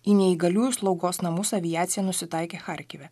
į neįgaliųjų slaugos namus aviacija nusitaikė charkive